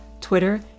Twitter